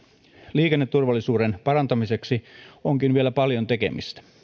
liikenneturvallisuuden parantamiseksi onkin vielä paljon tekemistä